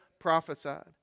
prophesied